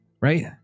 Right